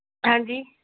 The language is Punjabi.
ਹਾਂਜੀ